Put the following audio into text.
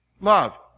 Love